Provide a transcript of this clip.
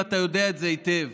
ואתה יודע את זה היטב.